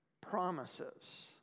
promises